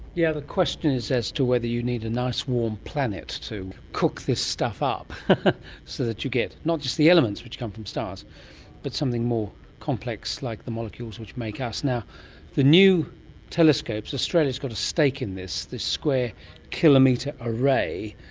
yeah the question is as to whether you need a nice warm planet to cook this stuff up so that you get not just the elements which come from stars but something more complex like the molecules which make us. the new telescopes, australia has got a stake in this, this square kilometre array.